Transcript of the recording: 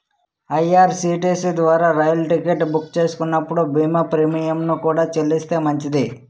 IRCTC ద్వారా రైలు ticket book చేస్తున్నప్పుడు బీమా ప్రీమియంను కూడా చెల్లిస్తే మంచిది